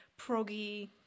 proggy